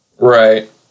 Right